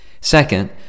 Second